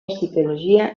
psicologia